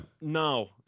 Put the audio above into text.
no